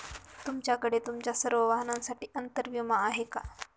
तुमच्याकडे तुमच्या सर्व वाहनांसाठी अंतर विमा आहे का